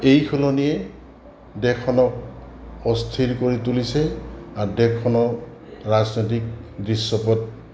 এই সলনিয়ে দেশখনক অস্থিৰ কৰি তুলিছে আৰু দেশখনৰ ৰাজনৈতিক দৃশ্যপট